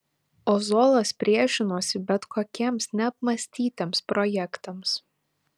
ozolas priešinosi bet kokiems neapmąstytiems projektams